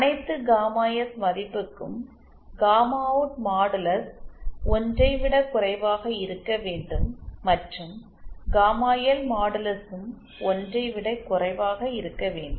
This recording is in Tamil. அனைத்து காமா எஸ் மதிப்புக்கும் காமா அவுட் மாடுலஸ் 1 ஐ விட குறைவாக இருக்க வேண்டும் மற்றும் காமா எல் மாடுலஸும் 1 ஐ விடக் குறைவாக இருக்க வேண்டும்